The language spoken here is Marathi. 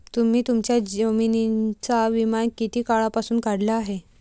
तुम्ही तुमच्या जमिनींचा विमा किती काळापासून काढला आहे?